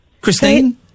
Christine